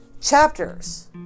chapters